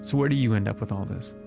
where do you end up with all of this?